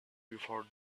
before